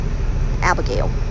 Abigail